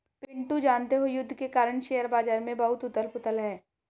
पिंटू जानते हो युद्ध के कारण शेयर बाजार में बहुत उथल पुथल है